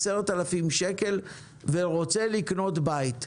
10,000 שקל ורוצה לקנות בית.